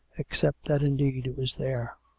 except that, indeed, it was there.